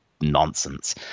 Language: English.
nonsense